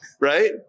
right